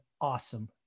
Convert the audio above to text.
awesome